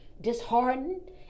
disheartened